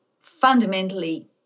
fundamentally